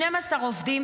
12 עובדים,